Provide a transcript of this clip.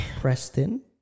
Preston